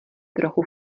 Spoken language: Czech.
trochu